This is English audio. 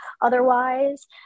otherwise